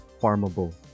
farmable